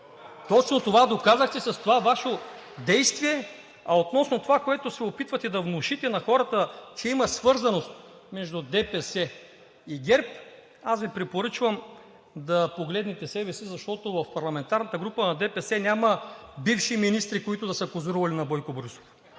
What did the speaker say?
Точно това доказахте с това Ваше действие. (Ръкопляскания от ДПС.) А относно това, което се опитвате да внушите на хората – че има свързаност между ДПС и ГЕРБ, аз Ви препоръчвам да погледнете себе си, защото в парламентарната група на ДПС няма бивши министри, които да са козирували на Бойко Борисов.